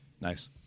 Nice